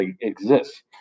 exists